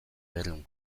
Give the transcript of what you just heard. berrehun